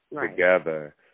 together